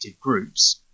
groups